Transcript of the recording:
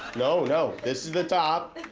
no. no. this is the top,